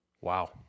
Wow